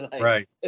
Right